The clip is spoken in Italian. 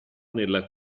nella